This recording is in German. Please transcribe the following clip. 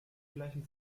gleichen